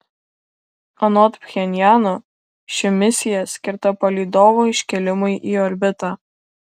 anot pchenjano ši misija skirta palydovo iškėlimui į orbitą